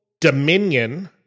dominion